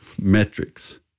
metrics